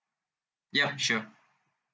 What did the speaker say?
ya sure